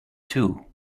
too